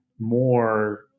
more